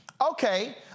Okay